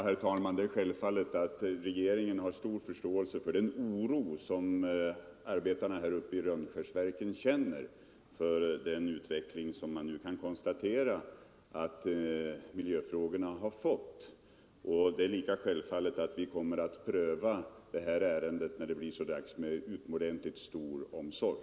Herr talman! Det är självklart att regeringen har stor förståelse för den oro som arbetarna i Rönnskärsverken känner för den utveckling man nu kan konstatera att miljöfrågorna fått. Det är lika självfallet att vi kommer att pröva det här ärendet, när det blir så dags, med utomordentligt stor omsorg.